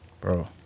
Bro